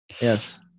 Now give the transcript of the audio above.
Yes